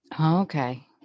Okay